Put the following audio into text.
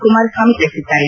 ಕುಮಾರಸ್ವಾಮಿ ತಿಳಿಸಿದ್ದಾರೆ